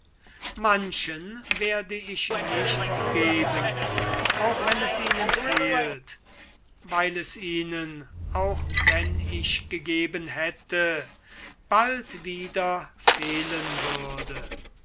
manchen werde ich nichts geben auch wenn es ihnen fehlt weil es ihnen auch wenn ich gegeben hätte fehlen würde